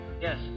Yes